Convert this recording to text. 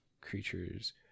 Creatures